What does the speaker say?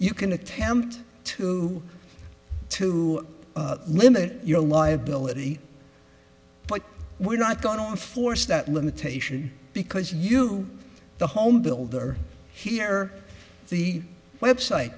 you can attempt to to limit your liability but we're not going to enforce that limitation because you the home builder here the website